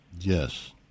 Yes